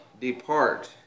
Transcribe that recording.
depart